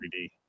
3D